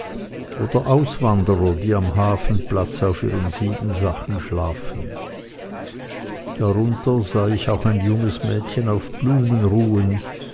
oder auswanderer die am hafenplatz auf ihren siebensachen schlafen darunter sah ich auch ein junges mädchen auf blumen ruhen